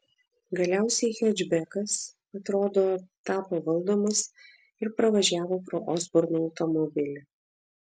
galiausiai hečbekas atrodo tapo valdomas ir pravažiavo pro osborno automobilį